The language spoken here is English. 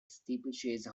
steeplechase